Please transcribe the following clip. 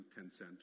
Tencent